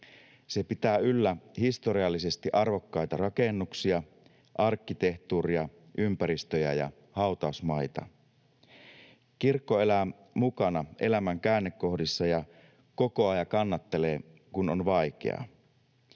Se pitää yllä historiallisesti arvokkaita rakennuksia, arkkitehtuuria, ympäristöjä ja hautausmaita. Kirkko elää mukana elämän käännekohdissa ja kokoaa ja kannattelee, kun on vaikeaa.